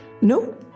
No